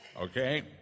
okay